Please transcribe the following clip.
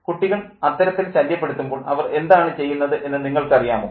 കുട്ടികൾ അത്തരത്തിൽ ശല്യപ്പെടുത്തുമ്പോൾ അവർ എന്നാണ് ചെയ്യുന്നത് എന്ന് നിങ്ങൾക്കറിയാമോ